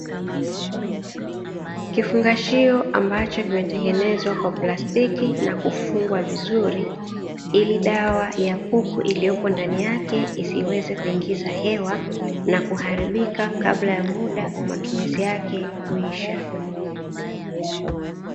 Kifungashio ambacho kimetengenezwa kwa plastiki na kufungwa vizuri, ili dawa ya kuku iliyopo ndani yake isiweze kuingiza hewa na kuharibika kabla ya muda wa matumizi yake kuisha.